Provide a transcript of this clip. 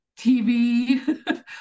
TV